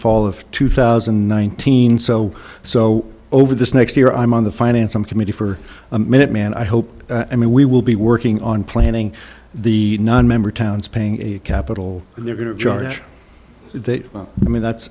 fall of two thousand and nineteen so so over this next year i'm on the finance committee for a minute man i hope i mean we will be working on planning the nonmember towns paying a capital they're going to charge that i mean that's